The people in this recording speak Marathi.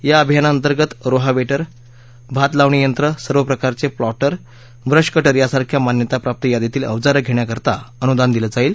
या अभियानाअंतर्गत रोहा वट्वि भात लावणी यंत्र सर्व प्रकारच प्लॉटर ब्रशकटर यासारख्या मान्यताप्राप्त यादीतील अवजारं घघ्रिकरिता अनुदान दिलं जाईल